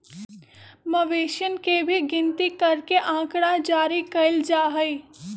मवेशियन के भी गिनती करके आँकड़ा जारी कइल जा हई